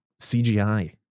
CGI